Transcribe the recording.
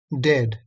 dead